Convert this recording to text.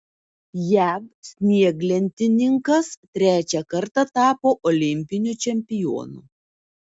jav snieglentininkas trečią kartą tapo olimpiniu čempionu